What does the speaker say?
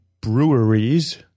breweries